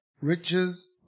riches